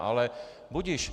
Ale budiž.